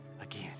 again